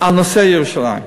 על נושא ירושלים.